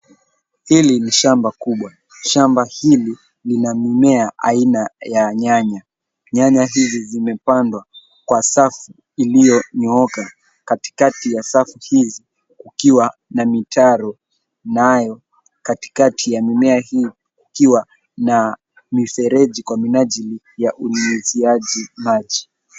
Hili ni shamba kubwa. Shamba hili lina mimea aina ya nyanya. Nyanya hizi zimepandwa kwa safu iliyonyooka katikati ya safu hizi kukiwa na mitaro nayo katikati ya mimea hii ikiwa na mifereji kwa minajili ya unyunyiziaji maji.